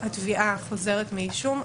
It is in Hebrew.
התביעה חוזרת בה מאישום,